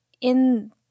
in-